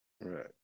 right